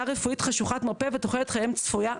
רפואית חשוכת מרפא ותוחלת חייהם צפויה".